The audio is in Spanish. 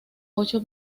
ocho